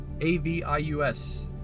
a-v-i-u-s